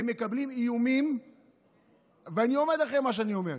הם מקבלים איומים ואני עומד מאחורי מה שאני אומר,